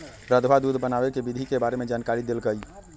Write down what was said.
रधवा दूध बनावे के विधि के बारे में जानकारी देलकई